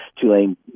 Tulane